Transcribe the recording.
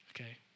Okay